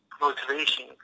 motivation